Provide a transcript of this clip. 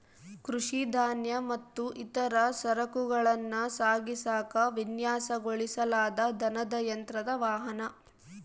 ಕೃಷಿ ಧಾನ್ಯ ಮತ್ತು ಇತರ ಸರಕುಗಳನ್ನ ಸಾಗಿಸಾಕ ವಿನ್ಯಾಸಗೊಳಿಸಲಾದ ದನದ ಯಂತ್ರದ ವಾಹನ